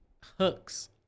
hooks